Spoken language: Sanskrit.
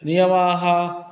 नियमस्य